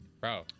Bro